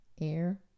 air